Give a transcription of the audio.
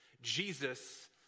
Jesus